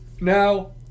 Now